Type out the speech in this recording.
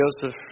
Joseph